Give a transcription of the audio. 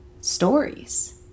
stories